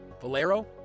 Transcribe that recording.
Valero